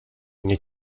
nie